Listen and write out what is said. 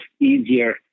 easier